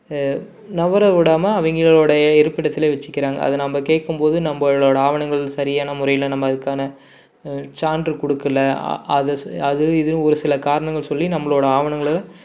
நகர விடாம அவங்களோடைய இருப்பிடத்திலே வச்சிக்கிறாங்க அது நம்ம கேட்கும்போது நம்மளோட ஆவணங்கள் சரியான முறையில் நம்ம அதுக்கான சான்று கொடுக்குல அது அது இதுனு ஒரு சில காரணங்கள் சொல்லி நம்மளோட ஆவணங்களை